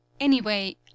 Anyway